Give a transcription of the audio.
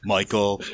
Michael